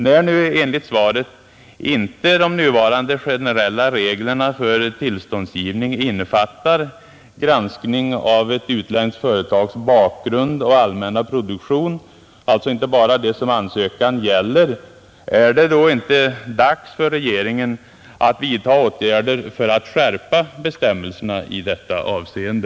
När nu enligt svaret inte de nuvarande generella reglerna för tillståndsgivning innefattar granskning av ett utländskt företags bakgrund och allmänna produktion — inte bara det som ansökan gäller — är det då inte dags för regeringen att vidta åtgärder för att skärpa bestämmelserna i detta avseende?